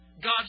God